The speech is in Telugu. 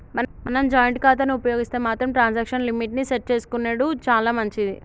మనం జాయింట్ ఖాతాను ఉపయోగిస్తే మాత్రం ట్రాన్సాక్షన్ లిమిట్ ని సెట్ చేసుకునెడు చాలా మంచిది